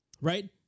right